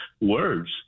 words